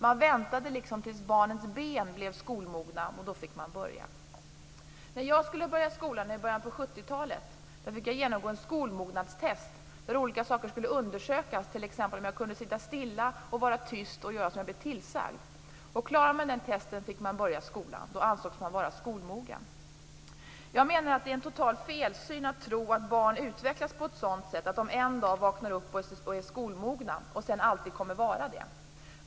Man väntade liksom tills barnens ben blev skolmogna, och då fick man börja. När jag skulle börja skolan i början av 70-talet fick jag genomgå en skolmognadstest där olika saker skulle undersökas. Det gällde t.ex. om jag kunde sitta stilla, vara tyst och göra som jag blev tillsagd. Klarade man det testet fick man börja skolan. Då ansågs man vara skolmogen. Jag menar att det är en total felsyn att tro att barn utvecklas på ett sådant sätt att de en dag vaknar upp och är skolmogna, och att de sedan alltid kommer att vara det.